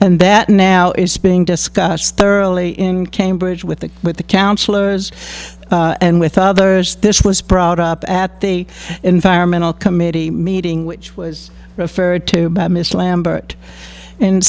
and that now is being discussed thoroughly in cambridge with the with the councillors and with others this was brought up at the environmental committee meeting which was referred to by lambert and